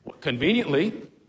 conveniently